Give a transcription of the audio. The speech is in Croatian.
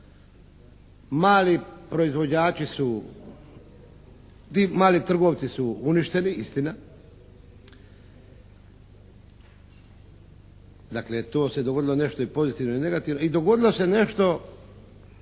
razumije./… %, mali trgovci su uništeni, istina. Dakle, tu se dogodilo nešto pozitivno i negativno i dogodilo se nešto